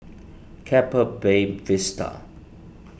Keppel Bay Vista